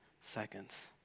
seconds